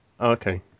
Okay